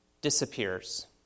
disappears